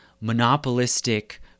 monopolistic